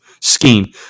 scheme